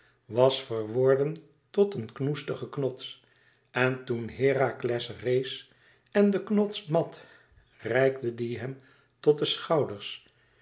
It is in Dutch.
was verworden tot een knoestige knots en toen herakles rees en de knots mat reikte dien hem tot de schouders